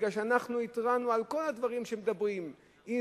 מפני שאנחנו התרענו על כל הדברים שמדברים עליהם,